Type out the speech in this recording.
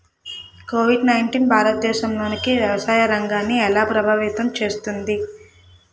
Covid nineteen భారతదేశంలోని వ్యవసాయ రంగాన్ని ఎలా ప్రభావితం చేస్తుంది?